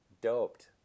doped